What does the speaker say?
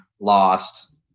lost